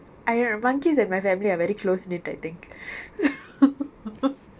I re~ monkeys and my family are very close related I think so